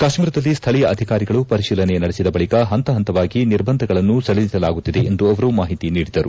ಕಾಶ್ಮೀರದಲ್ಲಿ ಸ್ಟಳೀಯ ಅಧಿಕಾರಿಗಳು ಪರಿಶೀಲನೆ ನಡೆಸಿದ ಬಳಕ ಹಂತ ಹಂತವಾಗಿ ನಿರ್ಬಂಧಗಳನ್ನು ಸಡಿಲಿಸಲಾಗುತ್ತಿದೆ ಎಂದು ಅವರು ಮಾಹಿತಿ ನೀಡಿದರು